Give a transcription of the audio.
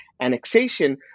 annexation